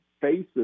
faces